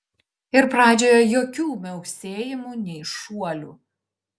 ir pradžioje jokių miauksėjimų nei šuolių